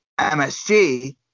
MSG